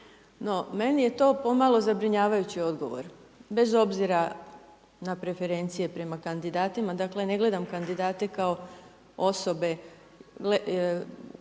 meni je to pomalo zabrinjavajući odgovor bez obzira na preferencije prema kandidatima, dakle ne gledam kandidate kao osobe